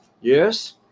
Yes